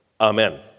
Amen